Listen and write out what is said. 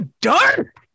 dark